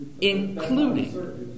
Including